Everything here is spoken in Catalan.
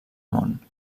món